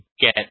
get